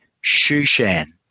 Shushan